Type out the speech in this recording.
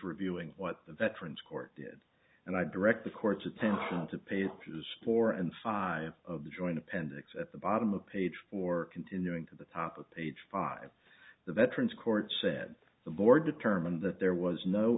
reviewing what the veterans court did and i direct the court's attention to papers four and five of the joint appendix at the bottom of page four continuing to the top of page five the veterans court said the board determined that there was no